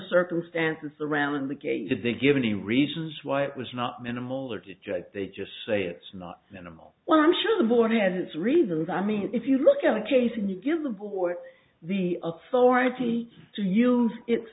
circumstances surrounding the case if they give any reasons why it was not minimal or to check they just say it's not an animal well i'm sure the board has its reasons i mean if you look at the case and you give the board the authority to use it